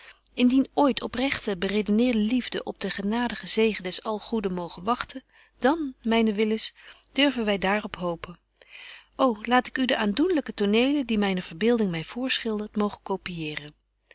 indien ooit opregte beredeneerde liefde op den genadigen zegen des algoeden moge wagten dan myne willis durven wy daar op hopen ô laat ik u de aandoenlyke tonelen die myne verbeelding my voorschildert mogen copieeren